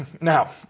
Now